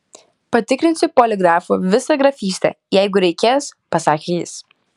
patikrinsiu poligrafu visą grafystę jeigu reikės pasakė jis